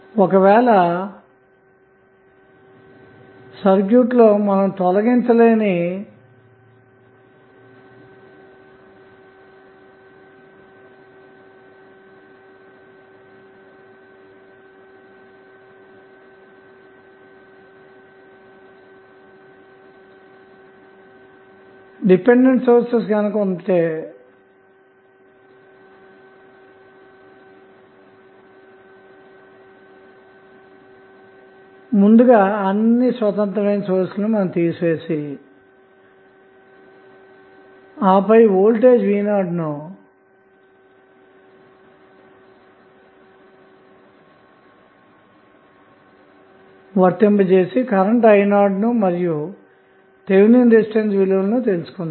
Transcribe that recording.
ఒక వేళ సర్క్యూట్లో మనం తొలగించలేని డిపెండెంట్ సోర్సెస్ ఉంటే ముందుగా అన్ని స్వతంత్రమైన సోర్స్ లను తీసివేసి ఆపై వోల్టేజ్ v 0ను వర్తింపజేసి కరెంట్ i 0ను మరియు థెవెనిన్ రెసిస్టెన్స్ విలువలను తెలుసుకొందాము